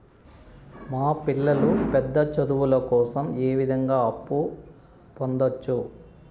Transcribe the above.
మా పిల్లలు పెద్ద చదువులు కోసం ఏ విధంగా అప్పు పొందొచ్చు?